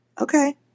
okay